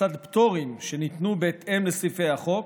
לצד פטורים שניתנו בהתאם לסעיפי החוק,